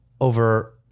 over